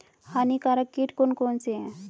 हानिकारक कीट कौन कौन से हैं?